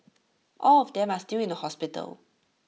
all of them are still in the hospital